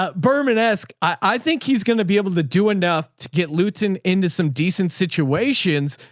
ah berman esc. i think he's going to be able to do enough to get luton into some decent situations.